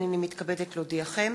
הנני מתכבדת להודיעכם,